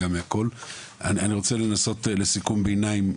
אני רוצה לעשות סיכום ביניים.